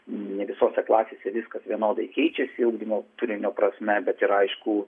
ne visose klasėse viskas vienodai keičiasi ugdymo turinio prasme bet yra aišku